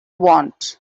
want